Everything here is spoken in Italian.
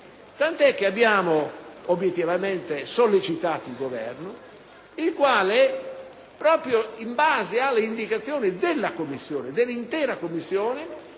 tant'è che abbiamo sollecitato il Governo il quale, proprio in base alle indicazioni dell'intera Commissione,